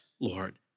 Lord